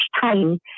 time